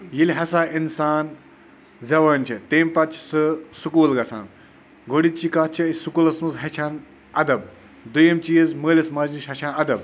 ییٚلہِ ہَسا اِنسان زٮ۪وان چھِ تَمہِ پَتہٕ چھِ سُہ سکوٗل گژھان گۄڈٕنِچی کَتھ چھِ أسۍ سکوٗلَس منٛز ہیٚچھان اَدب دوٚیِم چیٖز مٲلِس ماجہِ نِش ہیٚچھان اَدب